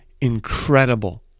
incredible